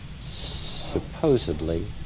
supposedly